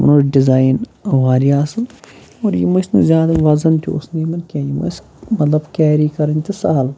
یِمَن اوس ڈِزایِن واریاہ اَصل اور یِم ٲسۍ نہٕ زیادٕ وَزَن تہِ اوس نہٕ یِمَن کینٛہہ یِم ٲسۍ مَطلب کیری کَرٕنۍ تہِ سہل